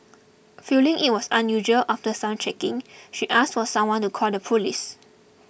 feeling it was unusual after some checking she asked for someone to call the police